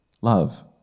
love